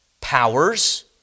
powers